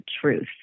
truth